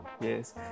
Yes